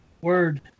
word